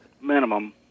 minimum